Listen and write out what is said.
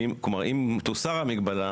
כלומר, אם תוסר המגבלה